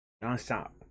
non-stop